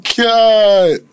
god